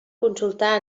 consultar